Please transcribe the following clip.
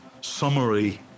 Summary